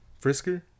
Frisker